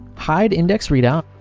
hide index readout,